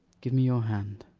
give me your hand